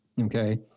okay